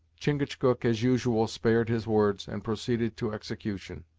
chingachgook, as usual, spared his words, and proceeded to execution.